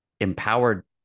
empowered